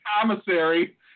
commissary